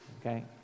okay